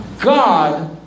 God